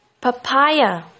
Papaya